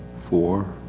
four.